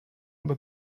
über